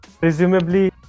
Presumably